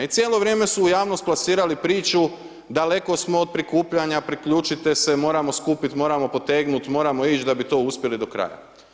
I cijelo vrijeme su u javnost plasirali priču daleko smo od prikupljanja, priključite se, moramo skupit, moramo potegnut, moramo ić da bi to uspjeli do kraja.